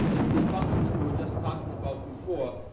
it's the function that we were just talking about before,